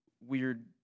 weird